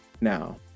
Now